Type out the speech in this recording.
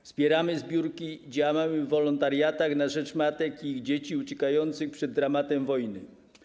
Wspieramy zbiórki, działamy w wolontariatach na rzecz matek i ich dzieci uciekających przed dramatem wojny.